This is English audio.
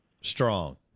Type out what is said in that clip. strong